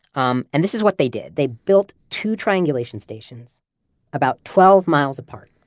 um and this is what they did. they built two triangulation stations about twelve miles apart,